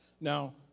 Now